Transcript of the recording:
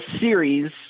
series